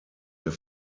der